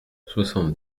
soixante